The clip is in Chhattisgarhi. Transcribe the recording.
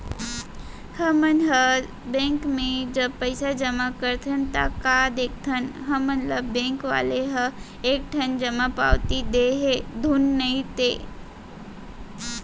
हमन ह बेंक म जब पइसा जमा करथन ता का देखथन हमन ल बेंक वाले ह एक ठन जमा पावती दे हे धुन नइ ते